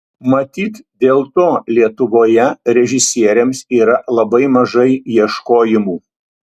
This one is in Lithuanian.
matyt dėl to lietuvoje režisieriams yra labai mažai ieškojimų